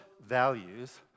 values